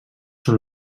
són